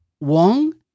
Wong